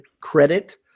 credit